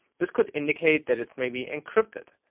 this could indicate that it's maybe encrypted,